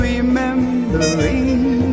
Remembering